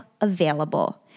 available